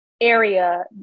area